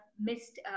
missed